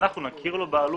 ואנחנו נכיר לו בעלות.